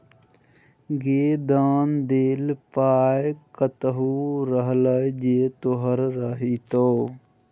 गै दान देल पाय कतहु रहलै जे तोहर रहितौ